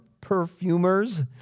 perfumers